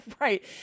Right